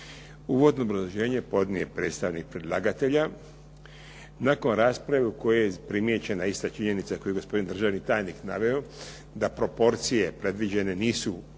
Uvodno obrazloženje podnio je predstavnik predlagatelja. Nakon rasprave u kojoj je primijećena ista činjenica koju je gospodin državni tajnik naveo da proporcije predviđene nisu apsolutno